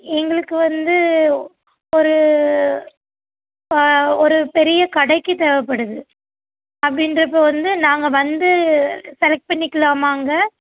எங்களுக்கு வந்து ஒரு பா ஒரு பெரிய கடைக்கு தேவைப்படுது அப்படின்றப்போ வந்து நாங்கள் வந்து செலக்ட் பண்ணிக்கலாமா அங்கே